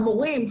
המורים,